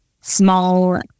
small